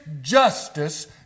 justice